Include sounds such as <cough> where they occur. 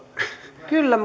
kyllä <unintelligible>